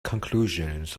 conclusions